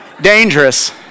dangerous